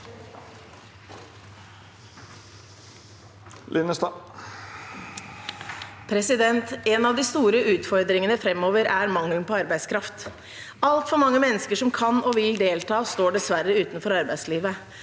«En av de store utfordringene fremover er mangelen på arbeidskraft. Altfor mange mennesker som kan og vil delta, står utenfor arbeidslivet.